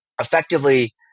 Effectively